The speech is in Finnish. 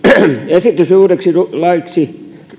esitys uudeksi laiksi